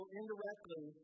indirectly